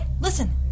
Listen